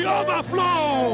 overflow